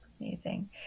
amazing